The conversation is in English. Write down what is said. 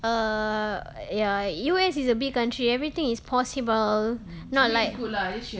err ya U_S is a big country everything is possible not like